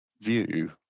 view